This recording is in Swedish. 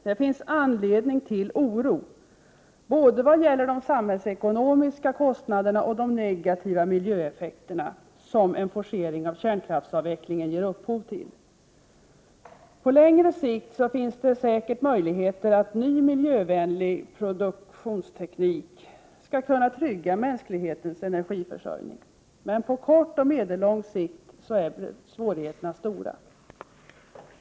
Det finns anledning till oro, både vad gäller de samhällsekonomiska kostnader och de negativa miljöeffekter som en forcering av kärnkraftsavvecklingen ger upphov till. Det finns säkert möjligheter till att en ny miljövänlig produktionsteknik på längre sikt skall kunna trygga mänsklighetens energiförsörjning. Men på kort och medellång sikt är svårigheterna stora.